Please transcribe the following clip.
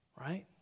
right